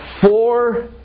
four